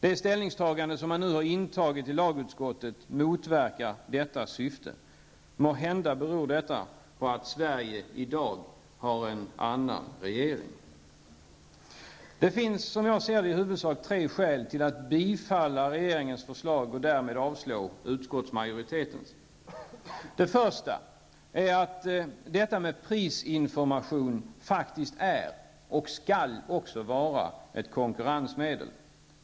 Det ställningstagande som socialdemokraterna nu har gjort i lagutskottet motverkar detta syfte. Måhända beror det på att Sverige i dag har en annan regering. Det finns, som jag ser det, i huvudsak tre skäl till att bifalla regeringens förslag och därmed avslå utskottsmajoritetens. Det första är att prisinformation faktiskt är och skall vara ett konkurrensmedel.